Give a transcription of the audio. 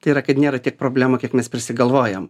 tai yra kad nėra tiek problemų kiek mes prisigalvojam